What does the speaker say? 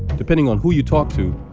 depending on who you talk to,